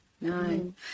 no